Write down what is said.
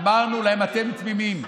אמרנו להם: אתם תמימים.